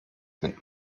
mit